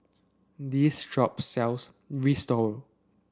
this shop sells Risotto